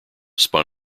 spun